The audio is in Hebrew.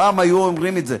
פעם היו אומרים את זה.